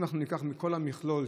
אם אנחנו ניקח מכל המכלול,